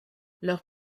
leurs